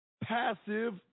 passive